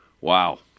Wow